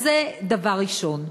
זה דבר ראשון.